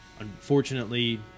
unfortunately